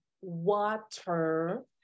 water